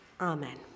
Amen